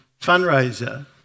fundraiser